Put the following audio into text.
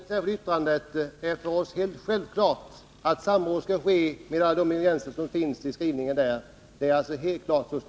Herr talman! Det som står i det särskilda yttrandet är för oss helt självklart, nämligen att samråd under alla förhållanden bör ske.